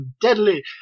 Deadly